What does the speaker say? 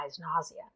nausea